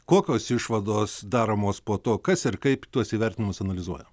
kokios išvados daromos po to kas ir kaip tuos įvertinimus analizuoja